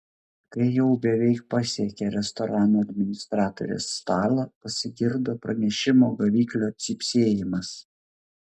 kai jau beveik pasiekė restorano administratorės stalą pasigirdo pranešimo gaviklio cypsėjimas